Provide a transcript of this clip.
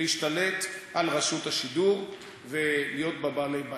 להשתלט על רשות השידור ולהיות בה בעלי-בית.